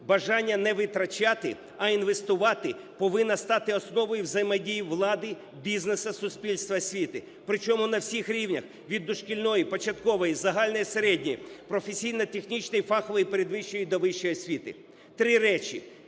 Бажання не витрачати, а інвестувати повинна стати основою взаємодії влади, бізнесу, суспільства, освіти, причому на всіх рівнях: від дошкільної, початкової, загальної середньої, професійно-технічної, фахової передвищої до вищої освіти. Три речі